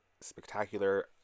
spectacular